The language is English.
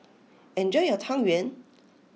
enjoy your Tang Yuen